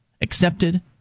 accepted